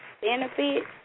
benefits